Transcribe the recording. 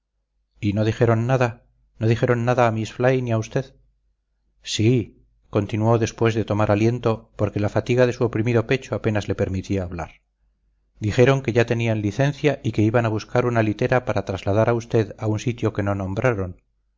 y no dijeron nada no dijeron nada a miss fly ni a usted sí continuó después de tomar aliento porque la fatiga de su oprimido pecho apenas le permitía hablar dijeron que ya tenían la licencia y que iban a buscar una litera para trasladar a usted a un sitio que no nombraron